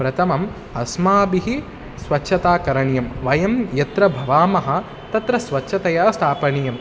प्रथमम् अस्माभिः स्वच्छता करणीयं वयं यत्र भवामः तत्र स्वच्छता स्थापनीयम्